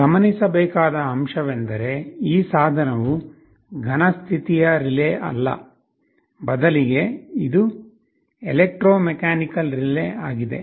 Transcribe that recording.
ಗಮನಿಸಬೇಕಾದ ಅಂಶವೆಂದರೆ ಈ ಸಾಧನವು ಘನ ಸ್ಥಿತಿಯ ರಿಲೇ ಅಲ್ಲ ಬದಲಿಗೆ ಇದು ಎಲೆಕ್ಟ್ರೋಮೆಕಾನಿಕಲ್ ರಿಲೇ ಆಗಿದೆ